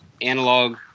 analog